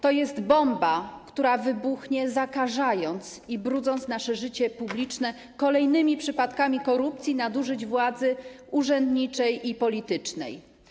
To jest bomba, która wybuchnie, zakażając i brudząc nasze życie publiczne kolejnymi przypadkami korupcji, nadużyć władzy urzędniczej i politycznej.